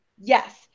yes